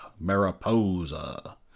Mariposa